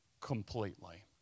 completely